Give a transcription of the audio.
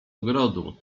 ogrodu